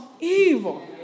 evil